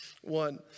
One